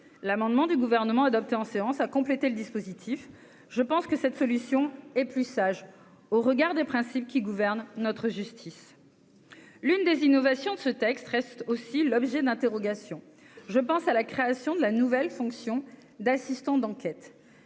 l'amendement du gouvernement adopté en séance à compléter le dispositif, je pense que cette solution est plus sage au regard des principes qui gouvernent notre justice, l'une des innovations de ce texte reste aussi l'objet d'interrogations, je pense à la création de la nouvelle fonction d'assistant d'enquête,